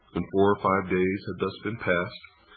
and four or five days had thus been passed,